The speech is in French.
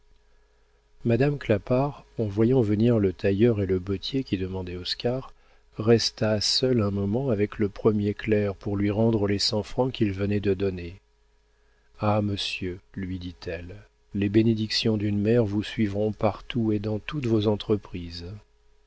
état madame clapart en voyant venir le tailleur et le bottier qui demandaient oscar resta seule un moment avec le premier clerc pour lui rendre les cent francs qu'il venait de donner ah monsieur lui dit-elle les bénédictions d'une mère vous suivront partout et dans toutes vos entreprises